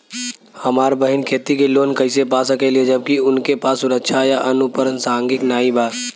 हमार बहिन खेती के लोन कईसे पा सकेली जबकि उनके पास सुरक्षा या अनुपरसांगिक नाई बा?